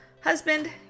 husband